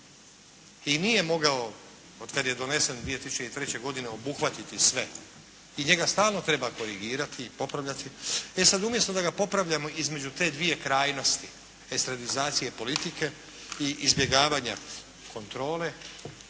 i nije mogao, otkad je donesen 2003. godine obuhvatiti sve i njega stalno treba korigirati i popravljati. E sad umjesto da ga popravljamo između te dvije krajnosti estradizacije politike i izbjegavanja kontrole,